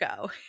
go